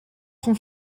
sont